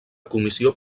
comissió